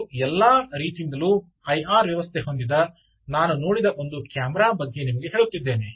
ಮತ್ತು ಎಲ್ಲಾ ರೀತಿಯಿಂದಲೂ ಐಆರ್ ವ್ಯವಸ್ಥೆ ಹೊಂದಿದ ನಾನು ನೋಡಿದ ಒಂದು ಕ್ಯಾಮೆರಾ ಬಗ್ಗೆ ನಿಮಗೆ ಹೇಳುತ್ತಿದ್ದೇನೆ